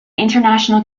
international